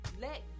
Let